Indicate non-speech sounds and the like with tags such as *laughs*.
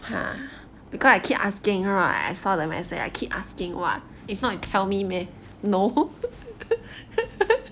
ha because I keep asking right I saw the message I keep asking [what] if not you tell me meh no *laughs*